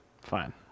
Fine